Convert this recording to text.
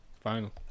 final